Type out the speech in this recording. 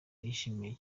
yishimiye